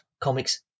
comics